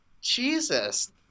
Jesus